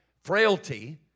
frailty